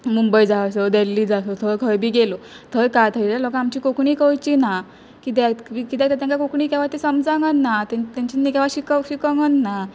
मुंबय जाय असो दिल्ली जाय असो थंय खंय बी गेलो थंय काय थंय लोकां आमची कोंकणी कळची ना कित्याक कित्याक तर तेंकां कोंकणी केव्हा ती समजांकच ना ते तेंच्यांनी ती केव्हा शिक शिकोंकच ना